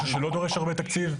זה משהו שלא דורש הרבה תקציב.